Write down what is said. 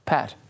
Pat